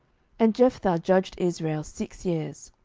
and jephthah judged israel six years.